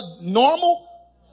normal